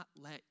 let